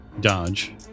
dodge